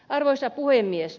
arvoisa puhemies